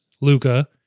Luca